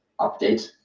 update